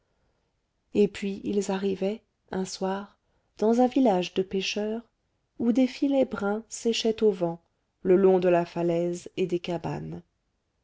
et puis ils arrivaient un soir dans un village de pêcheurs où des filets bruns séchaient au vent le long de la falaise et des cabanes